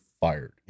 fired